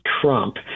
Trump